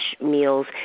meals